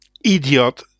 idiot